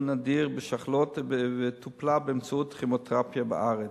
נדיר בשחלות וטופלה באמצעות כימותרפיה בארץ.